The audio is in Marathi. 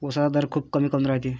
उसाचा दर खूप कमी काऊन रायते?